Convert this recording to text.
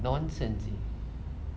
nonsense eh